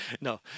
No